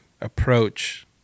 approach